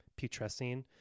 putrescine